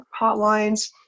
hotlines